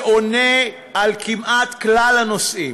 שעונה כמעט על כל הנושאים.